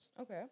Okay